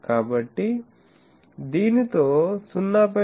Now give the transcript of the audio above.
కాబట్టి దీనితో 0